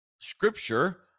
scripture